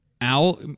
Al